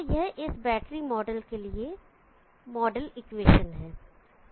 तो यह इस बैटरी मॉडल के लिए मॉडल इक्वेशन है